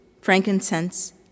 frankincense